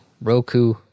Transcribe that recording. Roku